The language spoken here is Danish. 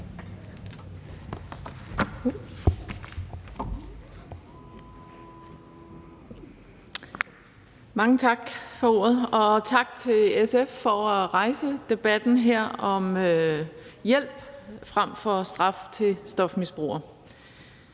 Mange tak for ordet, og tak til SF for at rejse debatten her om hjælp frem for straf til stofmisbrugere.